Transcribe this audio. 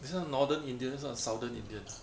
this one northern indian this one is southern indian